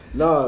no